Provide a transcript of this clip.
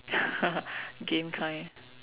game kind